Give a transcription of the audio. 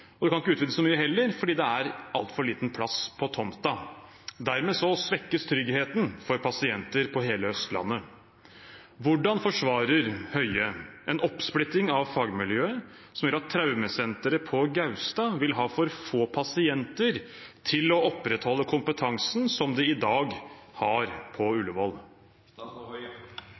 og det kan heller ikke utvides så mye, fordi det er altfor liten plass på tomten. Dermed svekkes tryggheten for pasienter på hele Østlandet. Hvordan forsvarer Høie en oppsplitting av fagmiljøet som gjør at traumesenteret på Gaustad vil ha for få pasienter til å opprettholde kompetansen som de i dag har på